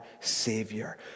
Savior